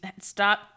stop